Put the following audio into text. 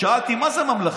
שאלתי: מה זה ממלכתי?